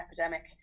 epidemic